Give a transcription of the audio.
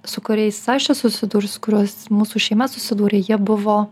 su kuriais aš esu susidūrus kuriais mūsų šeima susidūrė jie buvo